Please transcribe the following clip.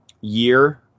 year